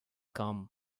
come